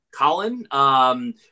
Colin –